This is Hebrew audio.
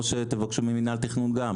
או שתבקשו גם ממינהל התכנון.